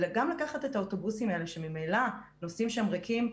וגם לקחת את האוטובוסים האלה שממילא נוסעים שם ריקים,